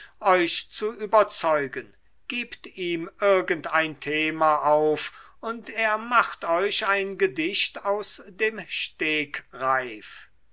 euch zu überzeugen gebt ihm irgend ein thema auf und er macht euch ein gedicht aus dem stegreif